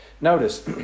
Notice